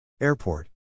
Airport